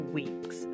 weeks